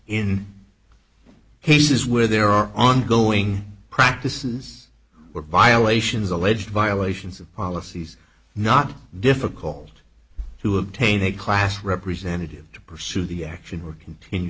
where there are ongoing practices were violations alleged violations of policies not difficult to obtain a class representative to pursue the action or continue